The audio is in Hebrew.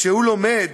כשהוא לומד